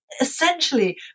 Essentially